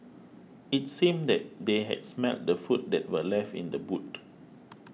it seemed that they had smelt the food that were left in the boot